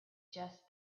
just